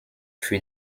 für